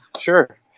sure